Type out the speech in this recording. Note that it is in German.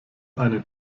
einen